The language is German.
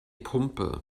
pumpe